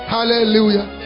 Hallelujah